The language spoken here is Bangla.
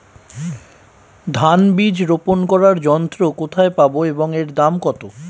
ধান বীজ রোপন করার যন্ত্র কোথায় পাব এবং এর দাম কত?